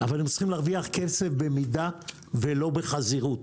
אבל הם צריכים להרוויח כסף במידה ולא בחזירות.